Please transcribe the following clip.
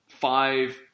five